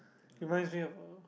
reminds me of a